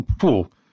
cool